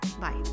Bye